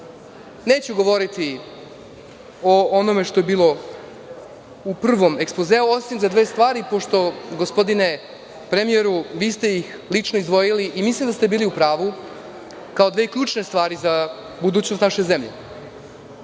Neću govoriti o onome što je bilo u prvom ekspozeu, osim za dve stvari, pošto, gospodine premijeru, vi ste ih lično izdvojili i mislim da ste bili u pravu kao dve ključne stvari za budućnost naše zemlje. Sa